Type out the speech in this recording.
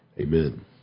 Amen